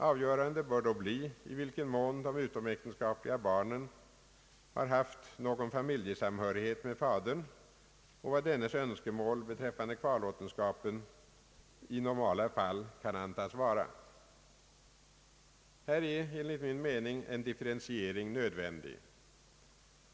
Avgörande bör då bli, i vilken mån de utomäktenskapliga barnen har haft någon familjesamhörighet med fadern och vad dennes önskemål beträffande kvarlåtenskapen i normala fall kan antas vara. Här är enligt min mening en differentiering nödvändig.